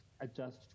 adjust